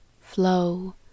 flow